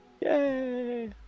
yay